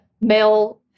male